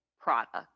product